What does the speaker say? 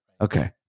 Okay